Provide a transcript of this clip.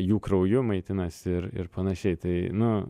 jų krauju maitinasi ir ir panašiai tai nu